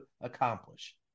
accomplish